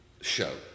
show